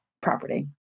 property